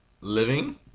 living